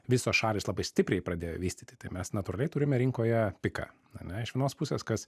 visos šalys labai stipriai pradėjo vystyti tai mes natūraliai turime rinkoje piką ane iš vienos pusės kas